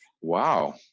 wow